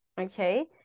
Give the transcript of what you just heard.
okay